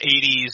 80s